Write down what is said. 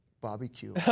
barbecue